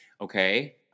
okay